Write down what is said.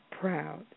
proud